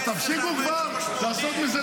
אבל למי ההטבה משמעותית